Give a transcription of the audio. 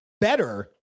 better